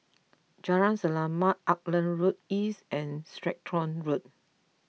Jalan Selamat Auckland Road East and Stratton Road